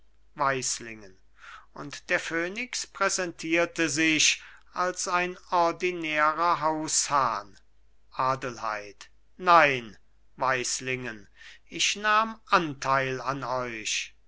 weislingen und der phönix präsentierte sich als ein ordinärer haushahn adelheid nein weislingen ich nahm anteil an euch